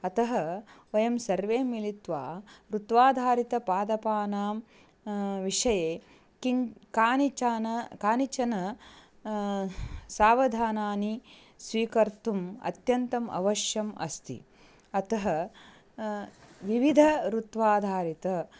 अतः वयं सर्वे मिलित्वा ऋत्वाधारितपादपानां विषये किं कानिचन कानिचन सावधानानि स्वीकर्तुम् अत्यन्तम् आवश्यकम् अस्ति अतः विविध ऋत्वाधारितम्